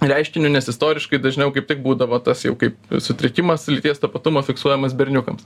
reiškiniu nes istoriškai dažniau kaip tik būdavo tas jau kaip sutrikimas lyties tapatumo fiksuojamas berniukams